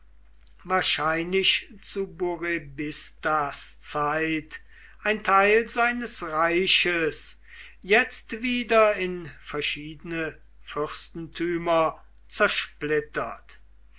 wahrscheinlich zu burebistas zeit ein teil seines reiches jetzt wieder in verschiedene fürstentümer zersplittert